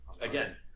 again